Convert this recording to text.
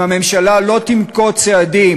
אם הממשלה לא תנקוט צעדים,